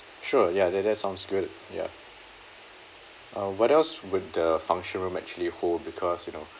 sure ya that that sounds good ya uh what else would the function room actually hold because you know